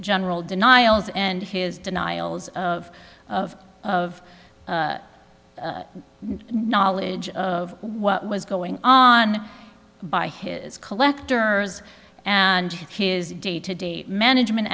general denials and his denials of of of knowledge of what was going on by his collectors and his day to day management